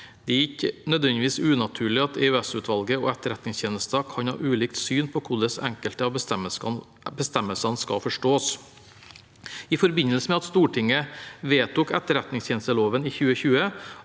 Det er ikke nødvendigvis unaturlig at EOS-utvalget og Etterretningstjenesten kan ha ulikt syn på hvordan enkelte av bestemmelsene skal forstås. I forbindelse med at Stortinget vedtok etterretningstjenesteloven i 2020,